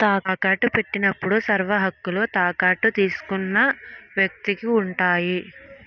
తాకట్టు పెట్టినప్పుడు సర్వహక్కులు తాకట్టు తీసుకున్న వ్యక్తికి ఉంటాయి